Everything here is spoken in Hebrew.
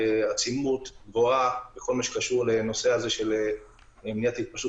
בעצימות גבוהה בכל מה שקשור למניעת התפשטות